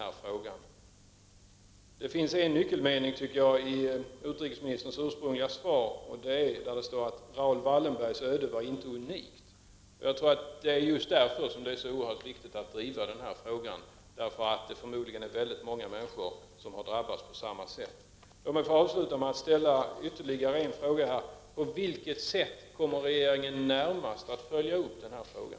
Jag tycker det finns en nyckelmening i utrikesministerns svar, nämligen att Raoul Wallenbergs öde inte var unikt. Det är just därför det är så oerhört viktigt att driva den här frågan. Förmodligen har väldigt många människor drabbats på samma sätt. Låt mig avsluta med att ställa ytterligare en fråga. På vilket sätt kommer regeringen närmast att följa upp den här frågan?